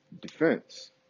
defense